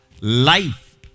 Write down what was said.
life